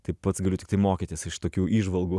tai pats galiu tiktai mokytis iš tokių įžvalgų